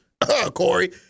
Corey